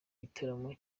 gitaramo